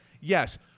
Yes